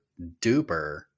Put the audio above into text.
duper